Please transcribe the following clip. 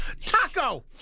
Taco